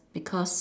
because